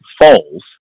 falls